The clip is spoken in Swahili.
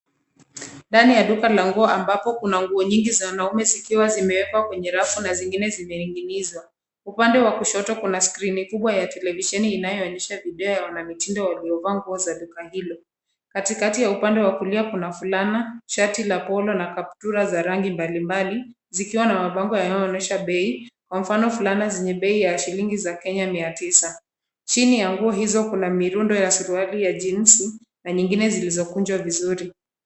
Ndani ya duka la nguo ambapo kuna nguo nyingi za wanaume zikiwa zimewekwa kwenye rafu na zingine zimening'inizwa. Upande wa kushoto kuna skrini kubwa ya televisheni inayoonyesha video ya wanamitindo waliovaa nguo za duka hilo. Katikati ya upande wa kulia kuna fulana, shati la polo na kaptula za rangi mbalimbali, zikiwa na mabango yanayoonyesha bei, kwa mfano fulana zenye bei ya shilingi za Kenya mia tisa. Chini ya nguo hizo kuna mirundo ya suruali za jeans na nyingine zilizokunjwa vizuri.